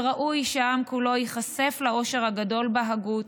וראוי שהעם כולו ייחשף לעושר הגדול בהגות,